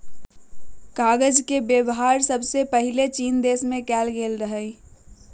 कागज के वेबहार सबसे पहिले चीन देश में कएल गेल रहइ